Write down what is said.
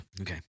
Okay